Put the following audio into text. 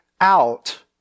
out